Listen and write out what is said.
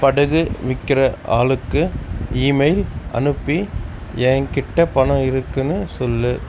படகு விற்கிற ஆளுக்கு ஈமெயில் அனுப்பி என் கிட்ட பணம் இருக்குதுன்னு சொல்லு